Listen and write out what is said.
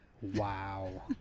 Wow